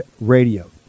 radio